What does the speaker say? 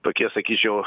tokie sakyčiau